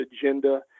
agenda